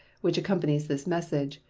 which accompanies this message,